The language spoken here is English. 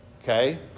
Okay